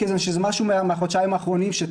מכיוון שזה משהו שצץ בחודשיים האחרונים,